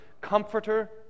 comforter